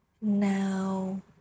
now